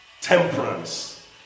temperance